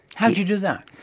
how did you do that?